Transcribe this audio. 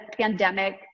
pandemic